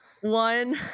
One